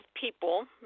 people